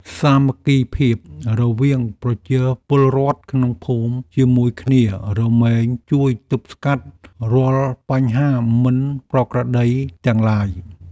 សាមគ្គីភាពរវាងប្រជាពលរដ្ឋក្នុងភូមិជាមួយគ្នា រមែងជួយទប់ស្កាត់រាល់បញ្ហាមិនប្រក្រតីទាំងឡាយ។